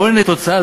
עוני הוא תוצאה,